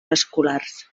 vasculars